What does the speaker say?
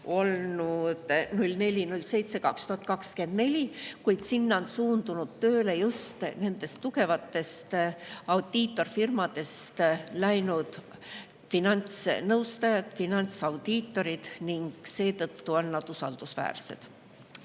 oli 04.07.2024, kuid sinna on suundunud tööle just tugevatest audiitorfirmadest üle läinud finantsnõustajad, finantsaudiitorid. Seetõttu on nad usaldusväärsed.